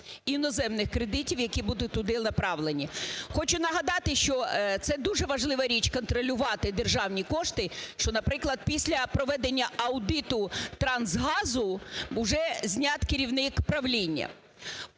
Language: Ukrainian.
іноземних кредитів, які були туди направлені. Хочу нагадати, що це дуже важлива річ контролювати державні кошти, що, наприклад, після проведення аудиту "трансгазу" уже знятий керівник правління.